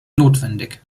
notwendig